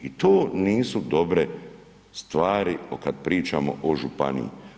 I to nisu dobre stvari kad pričamo o županiji.